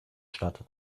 statt